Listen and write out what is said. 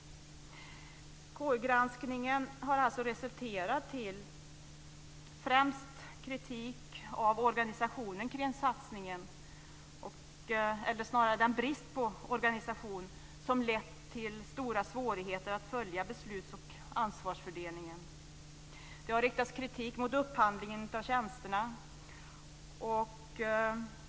KU-granskningen har alltså resulterat främst i kritik mot organisationen kring satsningen, eller snarare mot den brist på organisation som har lett till stora svårigheter att följa besluts och ansvarsfördelningen. Det har riktats kritik mot upphandlingen av tjänsterna.